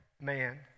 man